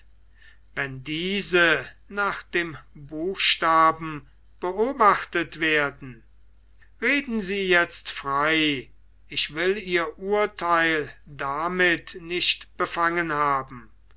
wenn diese nach dem buchstaben beobachtet werden reden sie jetzt frei ich will ihr urtheil damit nicht befangen haben